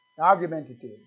Argumentative